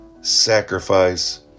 sacrifice